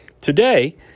Today